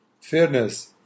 fairness